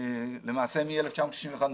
למעשה מ-1961,